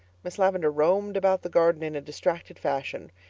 miss lavendar roamed about the garden in a distracted fashion.